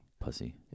Pussy